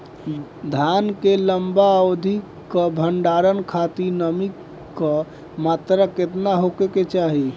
धान के लंबा अवधि क भंडारण खातिर नमी क मात्रा केतना होके के चाही?